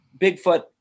Bigfoot